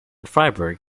freiburg